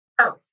earth